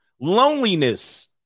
Loneliness